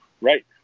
Right